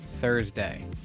Thursday